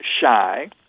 shy